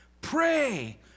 pray